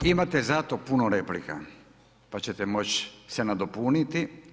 Imate za to puno replika pa ćete moći se nadopuniti.